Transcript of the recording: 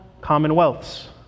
commonwealths